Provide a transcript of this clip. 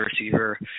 receiver